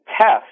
test